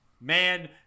Man